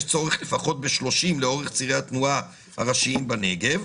ויש צורך לפחות ב-30 לאורך צירי התנועה הראשיים בנגב,